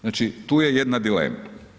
Znači tu je jedna dilema.